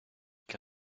qué